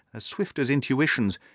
as swift as intuitions,